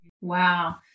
Wow